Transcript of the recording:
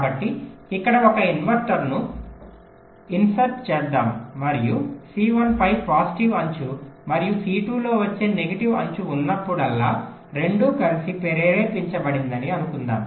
కాబట్టి ఇక్కడ ఒక ఇన్వర్టర్ను ఇన్సర్ట్ చేద్దాం మరియు C1 పై పాజిటివ్ అంచు మరియు C2 లో వచ్చే నెగెటివ్ అంచు ఉన్నప్పుడల్లా రెండూ కలిసి ప్రేరేపించబడిందని అనుకుందాం